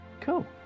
Cool